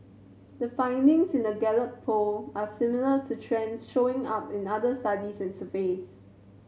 the findings in the Gallup Poll are similar to trends showing up in other studies and surveys